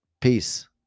Peace